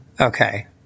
Okay